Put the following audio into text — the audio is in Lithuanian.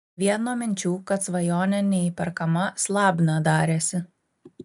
vien nuo minčių kad svajonė neįperkama slabna darėsi